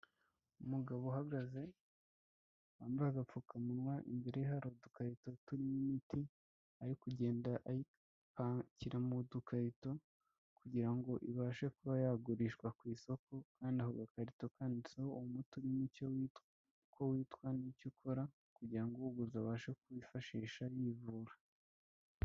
Umugabo uhagaze wambaye agapfukamunwa, imbere ye hari udukarito turimo imiti ari kugenda ayipakiramo mu dukarito, kugira ngo ibashe kuba yagurishwa ku isoko, kandi ako gakarito kanditseho umuti n'icyo witwa, n'icyo ukora kugira ngo uwuguze abashe kuwifashisha yivura.